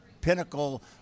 pinnacle